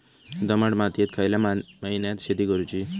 दमट मातयेत खयल्या महिन्यात शेती करुची?